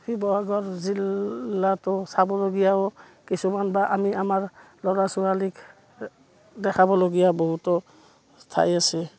শিৱসাগৰ জিলাটো চাবলগীয়াও কিছুমান বা আমি আমাৰ ল'ৰা ছোৱালীক দেখাবলগীয়া বহুতো ঠাই আছে